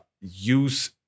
use